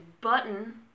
button